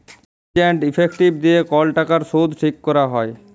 fees and effective দিয়ে কল টাকার শুধ ঠিক ক্যরা হ্যয়